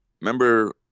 Remember